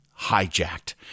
hijacked